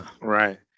right